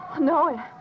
No